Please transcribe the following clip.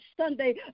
Sunday